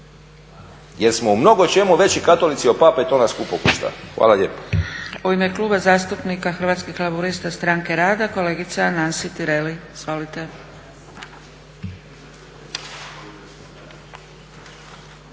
Jer smo u mnogo čemu veći katolici od Pape, a to nas skupo košta. Hvala lijepa.